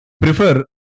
prefer